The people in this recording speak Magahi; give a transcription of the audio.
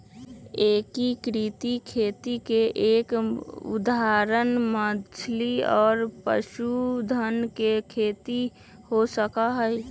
एकीकृत खेती के एक उदाहरण मछली और पशुधन के खेती हो सका हई